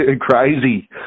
crazy